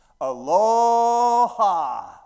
aloha